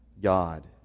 God